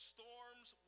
Storms